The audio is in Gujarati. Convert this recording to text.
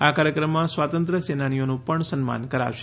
આ કાર્યક્રમમાં સ્વાતંત્ર્ય સેનાનીઓનું સન્માન પણ કરાશે